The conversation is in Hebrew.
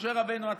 משה רבנו עצר.